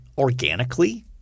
organically